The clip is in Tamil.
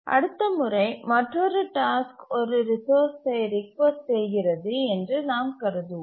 அடுத்த முறை மற்றொரு டாஸ்க் ஒரு ரிசோர்ஸ்சை ரிக்வெஸ்ட் செய்கிறது என்று நாம் கருதுவோம்